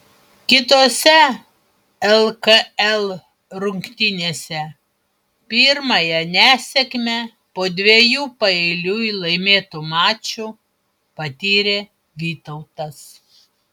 kitose lkl rungtynėse pirmąją nesėkmę po dviejų paeiliui laimėtų mačų patyrė vytautas